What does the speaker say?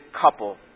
couple